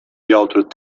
authored